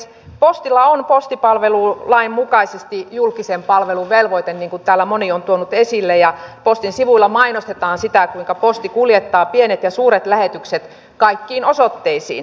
postilla on postipalvelulain mukaisesti julkisen palvelun velvoite niin kuin täällä moni on tuonut esille ja postin sivuilla mainostetaan sitä kuinka posti kuljettaa pienet ja suuret lähetykset kaikkiin osoitteisiin